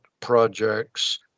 projects